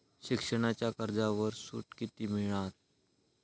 शिक्षणाच्या कर्जावर सूट किती मिळात?